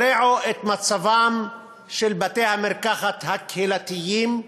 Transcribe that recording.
הרעו את מצבם של בתי-המרקחת הקהילתיים.